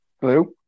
Hello